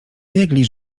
biegli